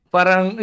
Parang